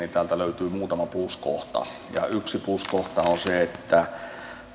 löytyy muutama pluskohta ja yksi pluskohta on se että